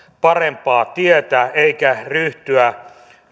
parempaa tietä eikä ryhtyä